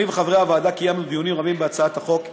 אני וחברי הוועדה קיימנו דיונים רבים בהצעת החוק,